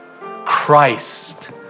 Christ